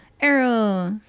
Errol